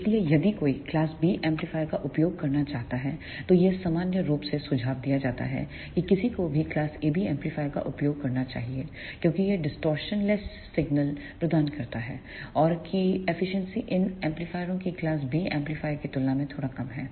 इसलिए यदि कोई क्लास B एम्पलीफायर का उपयोग करना चाहता है तो यह सामान्य रूप से सुझाव दिया जाता है कि किसी को भी क्लास AB एम्पलीफायर का उपयोग करना चाहिए क्योंकि यह डिस्टॉर्शन लेस सिग्नल प्रदान करता है और की एफिशिएंसी इन एम्पलीफायरों की क्लास B एम्पलीफायर की तुलना में थोड़ा कम है